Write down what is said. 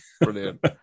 Brilliant